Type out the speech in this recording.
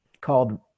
called